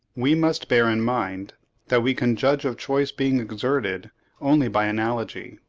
we must bear in mind that we can judge of choice being exerted only by analogy.